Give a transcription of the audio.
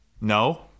No